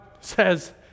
says